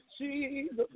Jesus